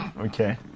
okay